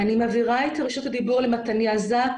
מעבירה את רשות הדיבור למתניה ז'ק,